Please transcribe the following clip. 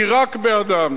היא רק בעדם.